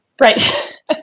Right